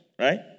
right